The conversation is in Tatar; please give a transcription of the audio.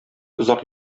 озак